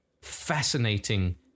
fascinating